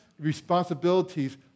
responsibilities